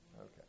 Okay